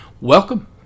Welcome